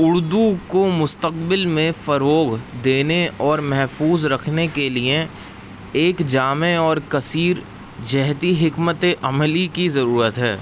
اردو کو مستقبل میں فروغ دینے اور محفوظ رکھنے کے لیے ایک جامع اور کثیر جہتی حکمت عملی کی ضرورت ہے